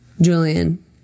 Julian